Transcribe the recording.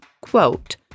quote